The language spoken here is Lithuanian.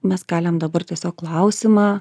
mes keliam dabar tiesiog klausimą